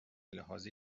لحاظ